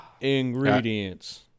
ingredients